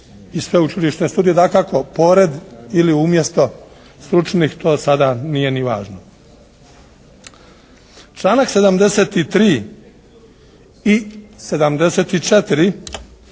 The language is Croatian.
i sveučilišne studije. Dakako pored ili umjesto stručnih to sada nije ni važno. Članak 73. i 74.